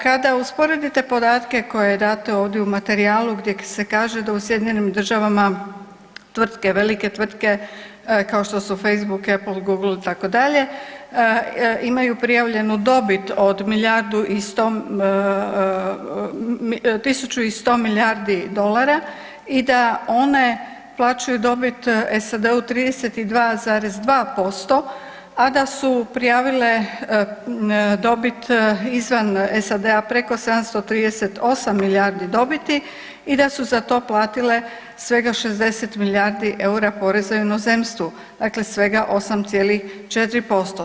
Kada usporedite podatke koje je dato ovdje u materijalu gdje se kaže da u SAD-u tvrtke, velike tvrtke kao što su Facebook, Apple, Google itd., imaju prijavljenu dobit od tisuću i sto milijardi dolara i da one plaćaju dobit SAD-u 32,2% a da su prijavile dobit izvan SAD-a preko 738 milijardi dobiti i da su za to platile svega 60 milijarda poreza u inozemstvu, dakle svega 8,4%